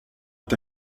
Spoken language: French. est